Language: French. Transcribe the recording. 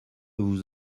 vous